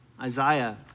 Isaiah